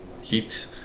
heat